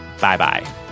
Bye-bye